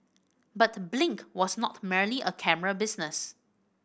but Blink was not merely a camera business